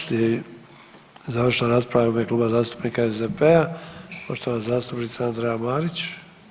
Slijedi završna rasprava u ime Kluba zastupnika SDP-a poštovana zastupnica Andreja Marić.